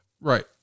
Right